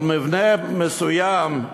על מבנה מסוים,